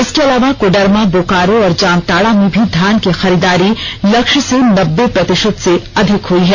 इसके अलावा कोडरमा बोकारो और जामताड़ा में भी धान की खरीददारी लक्ष्य से नब्बे प्रतिषत से अधिक हुई है